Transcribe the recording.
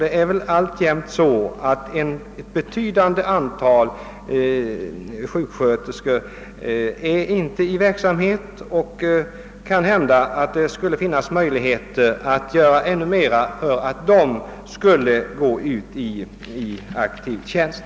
Ett betydande antal sjuksköterskor är inte i verksamhet, och det kanske skulle vara möjligt att göra ännu mer för att förmå dem att återgå till aktiv tjänst.